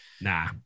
Nah